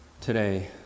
today